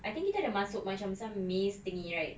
I think kita ada masuk macam some maze thingy right